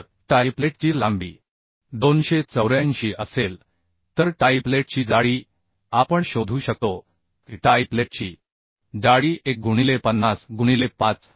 तर टाइपलेटची लांबी 284 असेल तर टाइपलेटची जाडी आपण शोधू शकतो की टाइपलेटची जाडी 1 गुणिले 50 गुणिले 5